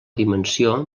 dimensió